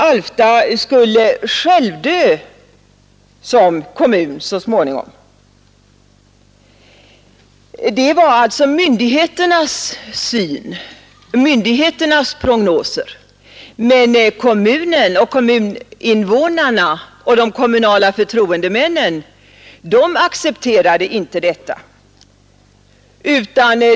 Alfta skulle självdö som kommun så småningom — det var myndigheternas prognos. Men kommunen och kommuninvånarna och de kommunala förtroendemännen accepterade inte detta.